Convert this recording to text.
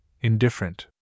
indifferent